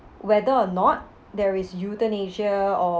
whether or not there is euthanasia or